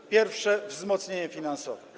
To pierwsze wzmocnienie finansowe.